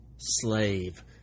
Slave